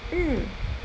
mm